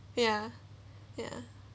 ya ya